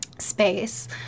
space